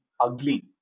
ugly